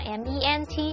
ment